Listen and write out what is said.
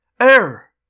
Air